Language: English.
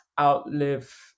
outlive